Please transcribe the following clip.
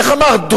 איך אמרת,